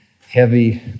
heavy